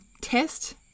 test